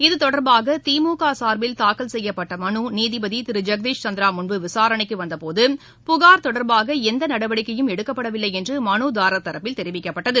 இதுதொடர்பாக திமுக சார்பில் தாக்கல் செய்யப்பட்ட மனு நீதிபதி திரு ஜெகதீஸ் சந்திரா முன் விசாரணை வந்தபோது புகார் தொடர்பாக எந்த நடவடிக்கையும் எடுக்கப்படவில்லை என்று மனுதாரர் தரப்பில் தெரிவிக்கப்பட்டது